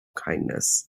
kindness